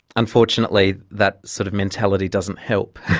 unfortunately that sort of mentality doesn't help.